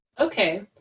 Okay